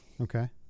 Okay